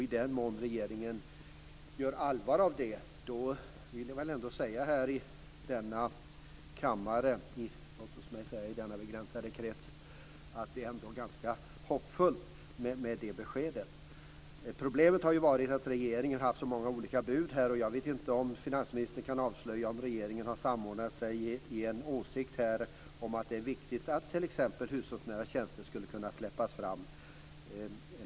I den mån regeringen gör allvar av det är det ett hoppfullt besked. Problemet har varit att regeringen har haft så många olika bud. Jag vet inte om finansministern kan avslöja om regeringen har samordnat sig och kommit fram till en åsikt om att det är viktigt att släppa fram t.ex. hushållsnära tjänster.